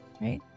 right